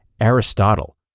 Aristotle